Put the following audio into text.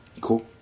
Cool